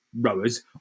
rowers